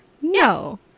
No